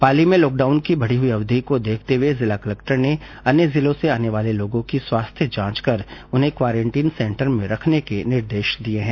पाली में लॉकडाउन की बढी हुई अवधि को देखते हुए जिला कलक्टर ने अन्य जिलों से आने वाले लोगों की स्वास्थ्य जांच कर उन्हें क्वारेन्टीन सेंटर में रखने के निर्देश दिए है